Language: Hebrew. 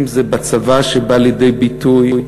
אם בצבא, וזה בא לידי ביטוי,